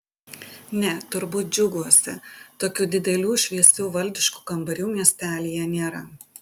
ne turbūt džiuguose tokių didelių šviesių valdiškų kambarių miestelyje nėra